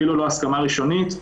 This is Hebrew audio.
אפילו לא הסכמה ראשונית,